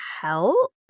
help